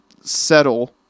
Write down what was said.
settle